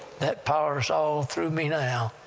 that power's all through me now,